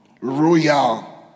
royal